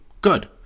Good